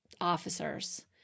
officers